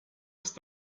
ist